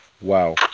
Wow